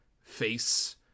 Face